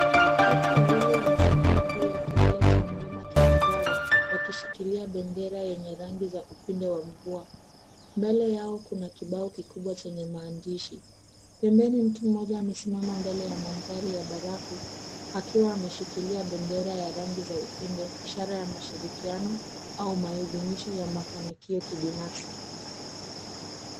Watu wawili wamesimama juu ya kilele cha mlima Kilimanjaro wakishikilia bendera yenye rangi za upinde wa mvua. Mbele yao kuna kibao kikubwa chenye maandishi. Pembeni mtu mmoja amesimama mbele ya mandhari ya barafu akiwa ameshikilia bendera ya rangi za upinde ishara ya mashirikiano au maidhimisho ya mafanikio kibinafsi.